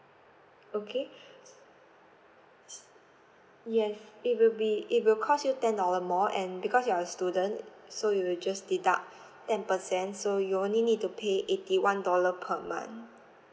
okay yes it will be it will cost you ten dollar more and because you are a student so you will just deduct ten percent so you only need to pay eighty one dollar per month